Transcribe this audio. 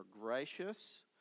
gracious